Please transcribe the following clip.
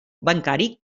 bancari